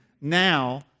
now